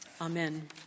Amen